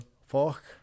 fuck